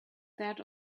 that